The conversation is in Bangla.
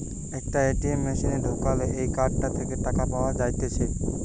একটা এ.টি.এম মেশিনে ঢুকালে এই কার্ডটা থেকে টাকা পাওয়া যাইতেছে